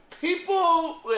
People